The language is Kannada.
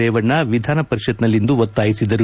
ರೇವಣ್ಣ ವಿಧಾನಪರಿಷತ್ತಿನಲ್ಲಿಂದು ಒತ್ತಾಯಿಸಿದರು